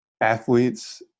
athletes